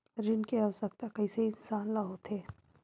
ऋण के आवश्कता कइसे इंसान ला होथे?